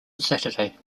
saturday